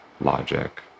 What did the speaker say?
logic